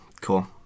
Cool